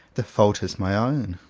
the fault is my own,